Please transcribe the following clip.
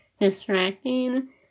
distracting